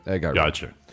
Gotcha